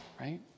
right